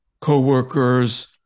coworkers